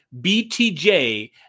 BTJ